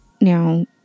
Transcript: Now